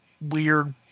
weird